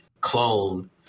clone